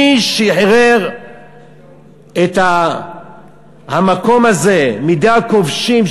מי שחרר את המקום הזה מידי הכובשים,